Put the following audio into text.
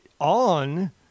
on